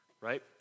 right